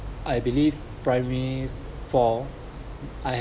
I believe primary four I've